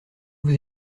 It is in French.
vous